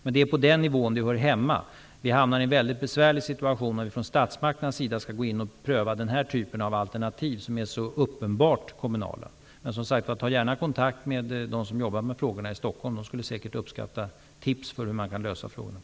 Det är ändå på den nivån den här frågan hör hemma. Vi hamnar i en väldigt besvärlig situation om vi från statsmakternas sida skall gå in och pröva den här typen av alternativ, som så uppenbart hör hemma på den kommunala nivån. Som sagt: Ta gärna kontakt med dem som jobbar med frågorna i Stockholm. De skulle säkert uppskatta tips på hur man kan lösa de här problemen.